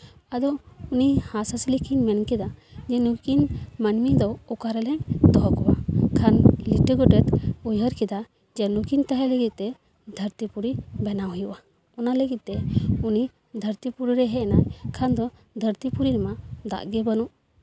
ᱟᱫᱚ ᱩᱱᱤ ᱦᱟᱸᱥᱼᱦᱟᱸᱥᱞᱤ ᱠᱚᱱ ᱢᱮᱱ ᱠᱮᱫᱟ ᱱᱩᱠᱤᱱ ᱢᱟᱹᱱᱢᱤ ᱫᱚ ᱚᱠᱟ ᱨᱮᱞᱮ ᱫᱚᱦᱚ ᱠᱚᱣᱟ ᱠᱷᱟᱱ ᱞᱤᱴᱟᱹ ᱜᱚᱰᱮᱛ ᱩᱭᱦᱟᱹᱨ ᱠᱮᱫᱟ ᱡᱮ ᱱᱩᱠᱤᱱ ᱛᱟᱦᱮᱸ ᱞᱟᱹᱜᱤᱫ ᱛᱮ ᱫᱷᱟᱹᱨᱛᱤᱯᱩᱨᱤ ᱵᱮᱱᱟᱣ ᱦᱩᱭᱩᱜᱼᱟ ᱚᱱᱟ ᱞᱟᱹᱜᱤᱫ ᱛᱮ ᱩᱱᱤ ᱫᱷᱟᱹᱨᱛᱤᱯᱩᱨᱤ ᱨᱮ ᱦᱮᱡᱱᱟ ᱠᱷᱟᱱ ᱫᱚ ᱫᱷᱟᱹᱨᱛᱤᱯᱩᱨᱤ ᱨᱮᱢᱟ ᱫᱟᱜ ᱜᱮ ᱵᱟᱹᱱᱩᱜ